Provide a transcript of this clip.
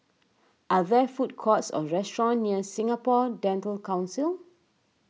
are there food courts or restaurants near Singapore Dental Council